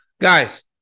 Guys